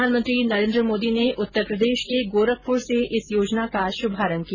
प्रधानमंत्री नरेन्द्र मोदी ने उत्तर प्रदेश के गोरखपुर से इस योजना का शभारंभ किया